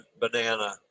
banana